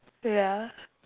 ya